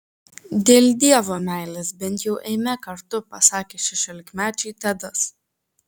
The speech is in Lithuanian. dėl dievo meilės bent jau eime kartu pasakė šešiolikmečiui tedas